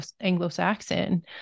Anglo-Saxon